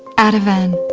ativan,